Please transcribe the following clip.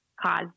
cause